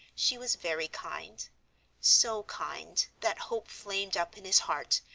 she was very kind so kind that hope flamed up in his heart,